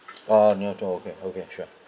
uh new tour okay okay sure